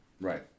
Right